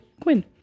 Quinn